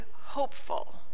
hopeful